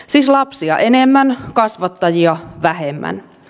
siis lapsia enemmän kasvattajia vähemmän